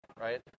right